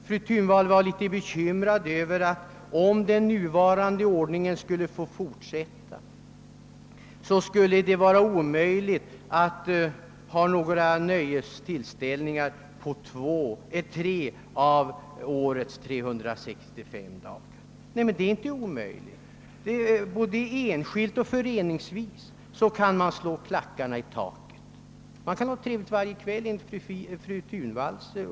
Fru Thunvall var litet bekymrad över att det, om den nuvarande ordningen skulle få fortsätta, skulle vara omöjligt att ha några nöjestillställningar på tre av årets 365 dagar. Nej, det är inte omöjligt. Både enskilt och i föreningar kan man »slå klackarna i taket» och ha en enligt fru Thunvalls uppfattning trevlig kväll.